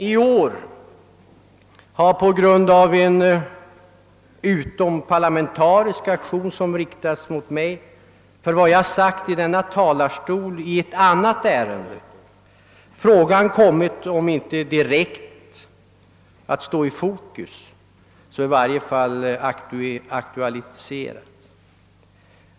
I år har dock på grund av en utomparlamentarisk aktion, som riktats mot mig för vad jag sagt från denna talarstol i ett annat ärende, frågan kommit att om inte direkt stå i fokus så i varje fall aktualiseras.